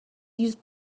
used